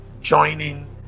joining